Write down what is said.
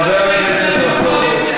חבר הכנסת רזבודוב,